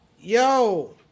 yo